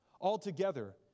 Altogether